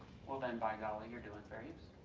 well then by-golly you're doing fair use.